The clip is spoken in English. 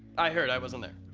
i heard, i wasn't there.